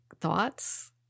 thoughts